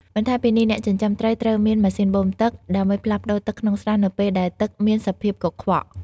បន្ថែមពីនេះអ្នកចិញ្ចឹមត្រីត្រូវមាន ម៉ាស៊ីនបូមទឹក ដើម្បីផ្លាស់ប្ដូរទឹកក្នុងស្រះនៅពេលដែលទឹកមានសភាពកខ្វក់។